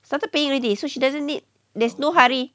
started paying already so she doesn't need there's no hurry